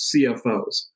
CFOs